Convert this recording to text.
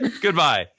Goodbye